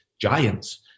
giants